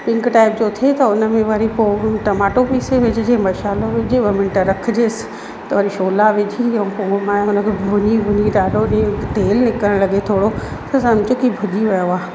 pink type जो थी त उन में वरी पोइ टमाटो पीसे विझिजे मसाल्हो विझे ॿ मिंट रखिजेसि त वरी छोला विझी ऐं पोइ मां हुन खे भुञी भुञी ॾाढो तेल निकिरणु लॻे थोरो त समुझो कि भुञी वियो आहे